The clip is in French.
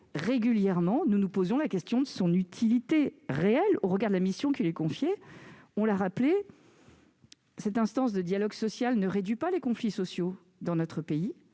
régulièrement, nous nous posons la question de son utilité réelle au regard de la mission qui lui est confiée. Nous l'avons rappelé, cette instance de dialogue social ne réduit pas les conflits sociaux dans notre pays,